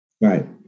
Right